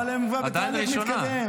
עדיין ראשונה.